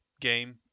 game